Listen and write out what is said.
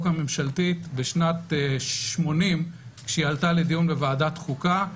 הממשלתית בשנת 80' כשהיא עלתה לדיון בוועדת חוקה,